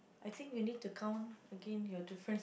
I think you need to count again your difference